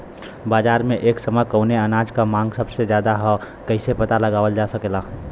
बाजार में एक समय कवने अनाज क मांग सबसे ज्यादा ह कइसे पता लगावल जा सकेला?